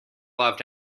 loved